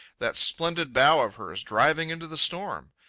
that splendid bow of hers driving into the storm.